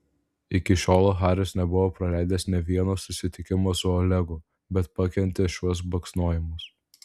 iki šiol haris nebuvo praleidęs nė vieno susitikimo su olegu bet pakentė šiuos baksnojimus